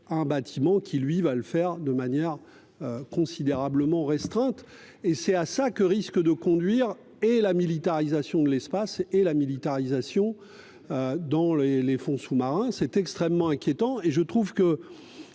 Un bâtiment qui lui va le faire de manière. Considérablement restreinte et c'est à ça que risque de conduire et la militarisation de l'espace et la militarisation. Dans les les fonds sous-marins c'est extrêmement inquiétant et je trouve que